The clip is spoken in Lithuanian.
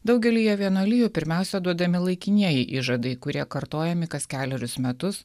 daugelyje vienuolijų pirmiausia duodami laikinieji įžadai kurie kartojami kas kelerius metus